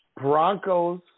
Broncos